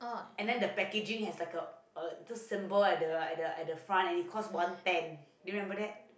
and then the packaging has like the the symbol at the at the at the front and it costs one ten do you remember that